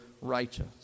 righteous